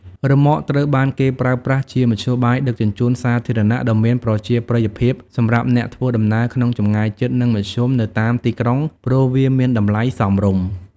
រ៉ឺម៉កត្រូវបានគេប្រើប្រាស់ជាមធ្យោបាយដឹកជញ្ជូនសាធារណៈដ៏មានប្រជាប្រិយភាពសម្រាប់អ្នកធ្វើដំណើរក្នុងចម្ងាយជិតនិងមធ្យមនៅតាមទីក្រុងព្រោះវាមានតម្លៃសមរម្យ។